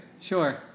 Sure